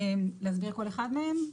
להסביר כל אחד מהם?